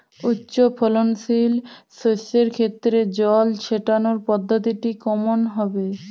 উচ্চফলনশীল শস্যের ক্ষেত্রে জল ছেটানোর পদ্ধতিটি কমন হবে?